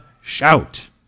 shout